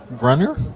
runner